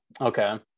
Okay